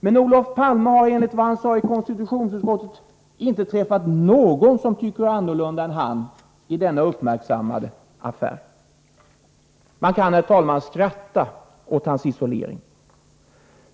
Men Olof Palme har, enligt vad han sade i konstitutionsutskottet, inte träffat någon som tycker annorlunda än han i denna uppmärksammade affär. Man kan skratta åt hans isolering.